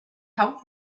come